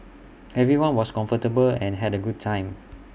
everyone was comfortable and had A good time